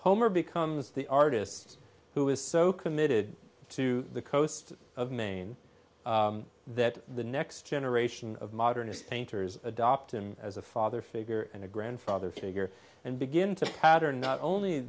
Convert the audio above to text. homer becomes the artist who is so committed to the coast of maine that the next generation of modernist painters adopt him as a father figure and a grandfather figure and begin to chatter not only